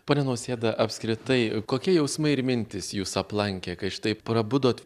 pone nausėda apskritai kokie jausmai ir mintys jus aplankė kai štai prabudot